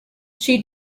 she